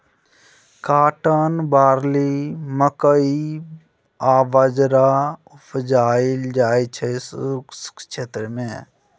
cotton, barley, मकइ आ बजरा उपजाएल जाइ छै शुष्क क्षेत्र मे